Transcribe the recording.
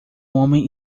homem